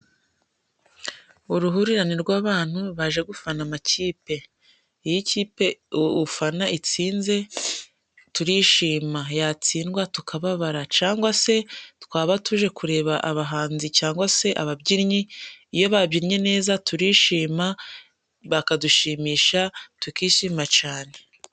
Uruhurirane rw'abantu baje gufana amakipe, iyo ikipe ufana itsinze turishima yatsindwa tukababara cangwa se twaba tuje kureba abahanzi cyangwa se ababyinnyi, iyo babyinnye neza turishima bakadushimisha tukishima cane.